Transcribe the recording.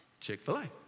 Chick-fil-A